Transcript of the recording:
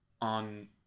on